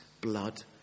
blood